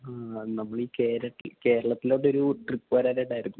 മ്മ് ആ നമ്മളീ കേരളത്തിലേക്കൊരു ട്രിപ്പ് വരാനായിട്ടായിരുന്നു